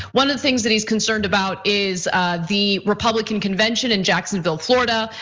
one of the things that he's concerned about is the republican convention in jacksonville, florida.